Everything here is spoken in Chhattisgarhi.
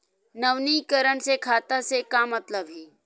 नवीनीकरण से खाता से का मतलब हे?